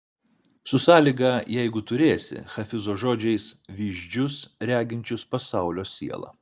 su sąlyga jeigu turėsi hafizo žodžiais vyzdžius reginčius pasaulio sielą